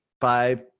five